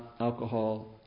alcohol